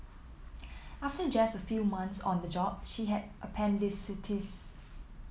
after just a few months on the job she had appendicitis